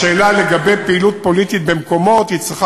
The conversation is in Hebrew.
השאלה לגבי פעילות פוליטית במקומות צריכה